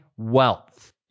wealth